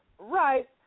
Right